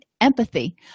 empathy